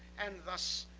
and thus,